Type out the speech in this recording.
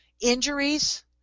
injuries